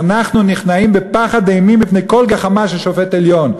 אנחנו נכנעים בפחד אימים מפני כל גחמה של שופט העליון,